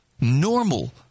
normal